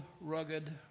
rugged